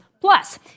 Plus